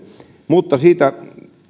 mutta